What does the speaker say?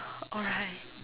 alright